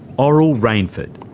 oral rainford,